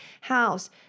house